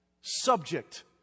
Subject